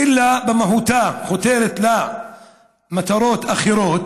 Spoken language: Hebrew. אלא במהותה חותרת למטרות אחרות?